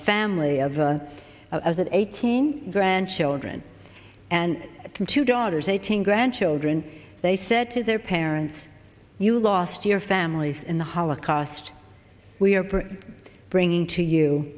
family of the of the eighteen grandchildren and two daughters eighteen grandchildren they said to their parents you lost your families in the holocaust we are bringing to you